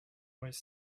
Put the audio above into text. was